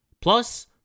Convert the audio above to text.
Plus